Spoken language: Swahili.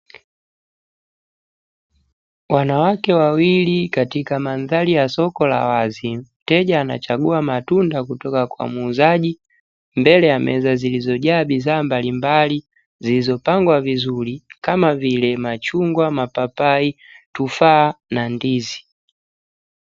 Wanawake wawili katika mandhari ya soko la wazi. Mteja anachagua matunda kutoka kwa muuzaji mbele ya meza zilizojaa bidhaa mbalimbali, zilizopangwa vizuri kama vile; machungwa, mapapai, tufaa, na ndizi.